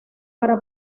para